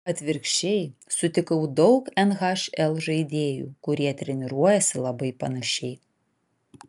atvirkščiai sutikau daug nhl žaidėjų kurie treniruojasi labai panašiai